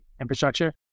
infrastructure